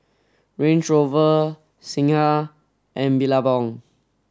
Range Rover Singha and Billabong